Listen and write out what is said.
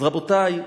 אז, רבותי,